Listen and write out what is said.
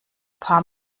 paar